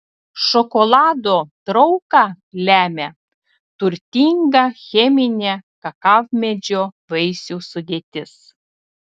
šokolado trauką lemia turtinga cheminė kakavmedžio vaisių sudėtis